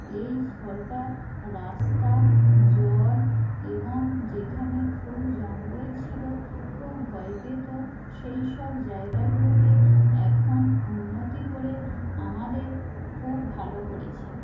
এই সরকার রাস্তা জল এবং যেখানে খুব জঙ্গল ছিলো খুব ভয় পেতো সেই সব জায়গাগুলোকে এখন উন্নতি করে আমাদের খুব ভালো করেছে